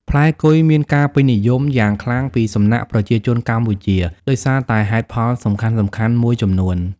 ផ្លែគុយមានការពេញនិយមយ៉ាងខ្លាំងពីសំណាក់ប្រជាជនកម្ពុជាដោយសារតែហេតុផលសំខាន់ៗមួយចំនួន។